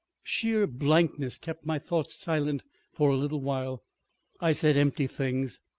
sheer blankness kept my thoughts silent for a little while i said empty things.